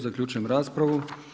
Zaključujem raspravu.